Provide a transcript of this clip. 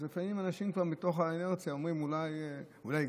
אז לפעמים אנשים מכוח האינרציה אומרים: אולי יגייסו,